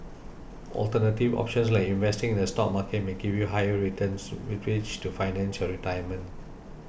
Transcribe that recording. alternative options like investing in the stock market may give you higher returns with which to finance your retirement